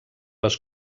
les